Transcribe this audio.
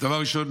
דבר ראשון,